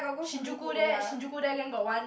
Shinjuku there Shinjuku there then got one